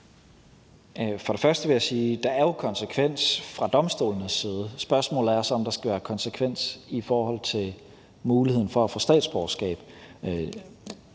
Jeg vil sige, at der jo er konsekvens fra domstolenes side. Spørgsmålet er, om der skal være konsekvens i forhold til muligheden for at få statsborgerskab.